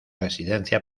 residencia